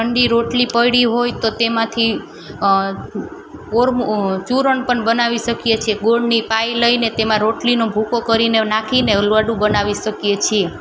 ઠંડી રોટલી પડી હોય તો તેમાંથી ઓરમો ચૂરણ પણ બનાવી સકીએ છીએ ગોળની પાય લઈને તેમાં રોટલીનો ભૂકો કરીને નાખીને લડ્ડું બનાવી શકીએ છીએ